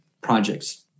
projects